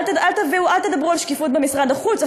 אל תדברו על שקיפות במשרד החוץ.